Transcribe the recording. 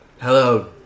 Hello